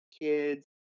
kids